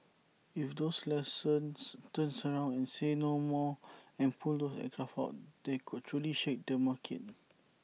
if those lessors turn around and say 'no more' and pull those aircraft out that could truly shake the market